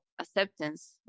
acceptance